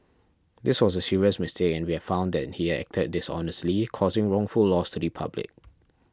this was a serious mistake and we have found that he acted dishonestly causing wrongful loss to the public